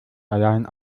allein